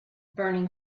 burning